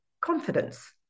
confidence